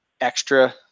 extra